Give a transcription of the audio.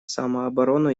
самооборону